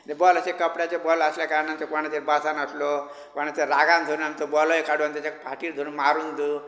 तें बॉल अशे कपड्याचे बॉल आशिल्ल्या कारणान कोणाचेर बासनासलो कोणाचेर रागान काडून आमी तो बॉलय काडून ताचे फाटीर धरून मारूंन धरून